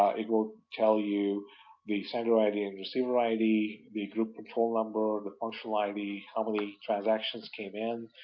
ah it will tell you the sender id and receiver id, the group control number, the functional id, how many transactions came in.